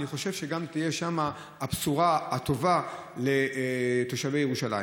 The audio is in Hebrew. אני חושב שגם תהיה שם בשורה טובה לתושבי ירושלים.